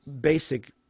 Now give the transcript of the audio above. basic